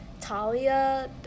Talia